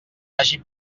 hagi